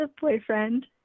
boyfriend